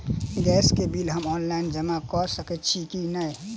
Gas केँ bill हम online जमा कऽ सकैत छी की नै?